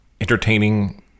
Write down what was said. Entertaining